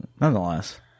nonetheless